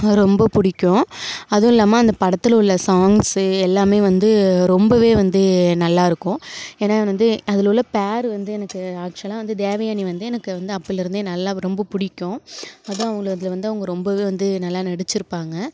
ரொம்ப பிடிக்கும் அதுவும் இல்லாமல் அந்த படத்தில் உள்ள சாங்ஸு எல்லாமே வந்து ரொம்பவே வந்து நல்லா இருக்கும் ஏன்னா வந்து அதில் உள்ள பேர் வந்து எனக்கு அக்ஷுலாக வந்து தேவயானி வந்து எனக்கு வந்து அப்பலிருந்தே நல்லா ரொம்ப பிடிக்கும் அதுவும் அவங்கள அதில் வந்து அவங்க ரொம்பவே வந்து நல்லா நடிச்சிருப்பாங்க